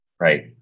Right